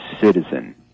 citizen